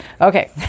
okay